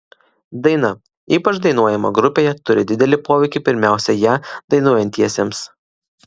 daina ypač dainuojama grupėje turi didelį poveikį pirmiausia ją dainuojantiesiems